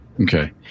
okay